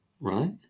Right